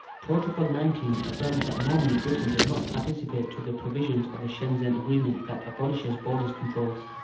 protocol nineteen affirms that normally britain does not participate to the provisions of the schengen and agreement that abolishes borders controls,